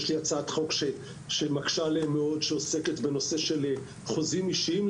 יש לי הצעת חוק שמקשה עליהם מאוד העוסקת בנושא חוזים אישיים,